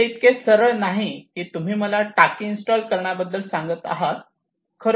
हे इतके सरळ नाही की तुम्ही मला टाकी इन्स्टॉल करण्याबद्दल सांगत आहेत